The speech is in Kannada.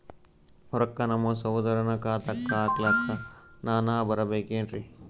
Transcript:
ರೊಕ್ಕ ನಮ್ಮಸಹೋದರನ ಖಾತಾಕ್ಕ ಹಾಕ್ಲಕ ನಾನಾ ಬರಬೇಕೆನ್ರೀ?